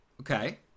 okay